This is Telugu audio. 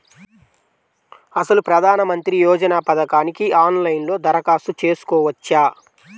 అసలు ప్రధాన మంత్రి యోజన పథకానికి ఆన్లైన్లో దరఖాస్తు చేసుకోవచ్చా?